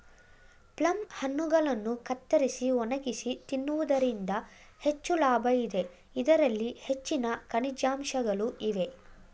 plum ಹಣ್ಣುಗಳನ್ನು ಕತ್ತರಿಸಿ ಒಣಗಿಸಿ ತಿನ್ನುವುದರಿಂದ ಹೆಚ್ಚು ಲಾಭ ಇದೆ, ಇದರಲ್ಲಿ ಹೆಚ್ಚಿನ ಖನಿಜಾಂಶಗಳು ಇವೆ